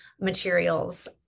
materials